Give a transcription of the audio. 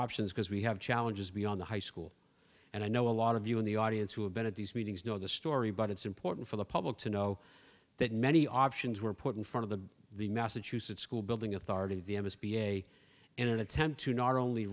options because we have challenges beyond the high school and i know a lot of you in the audience who have been at these meetings know the story but it's important for the public to know that many options were put in front of the the massachusetts school building authority the s b a in an attempt to not only